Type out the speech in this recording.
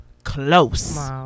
close